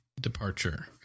departure